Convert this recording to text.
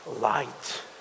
Light